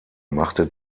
machte